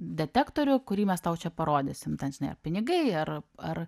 detektorių kurį mes tau čia parodysim ten žinai ar pinigai ar ar